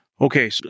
Okay